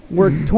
works